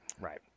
Right